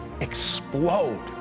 explode